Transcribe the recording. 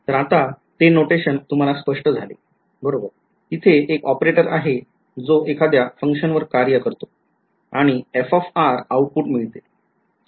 तर आता ते नोटेशन तुम्हाला स्पष्ट झाले बरोबर तिथे एक ऑपरेटर आहे जो एखाद्या function वर कार्य करतो आणि f आउटपुट मिळते